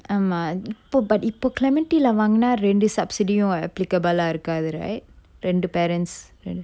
ஆமா இப்போ:aama ippo but இப்போ:ippo clementi lah வாங்குனா ரெண்டு:vanguna rendu subsidy யும்:yum appicable ah இருக்காது:irukkathu right ரெண்டு:rendu parents